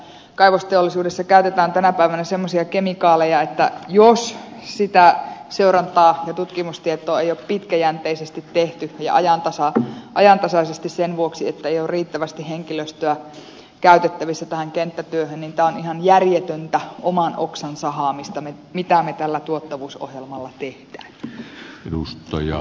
kaivosteollisuudessa käytetään tänä päivänä semmoisia kemikaaleja että jos sitä seurantaa ja tutkimustietoa ei ole pitkäjänteisesti ja ajantasaisesti tehty sen vuoksi että ei ole riittävästi henkilöstöä käytettävissä tähän kenttätyöhön niin tämä on ihan järjetöntä oman oksan sahaamista mitä me tällä tuottavuusohjelmalla teemme